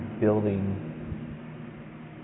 building